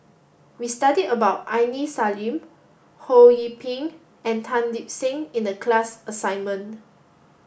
we studied about Aini Salim Ho Yee Ping and Tan Lip Seng in the class assignment